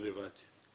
הרלוונטי.